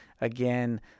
again –